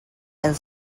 and